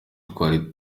twari